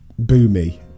boomy